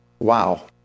Wow